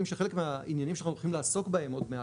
שחלק מהעניינים שאנחנו הולכים לעסוק בהם עוד מעט,